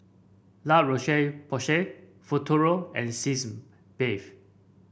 La Roche Porsay Futuro and Sitz Bath